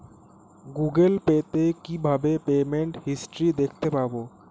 Google Pay তে কিভাবে payment history দেখতে পারবো?